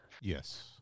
Yes